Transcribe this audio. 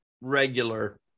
regular –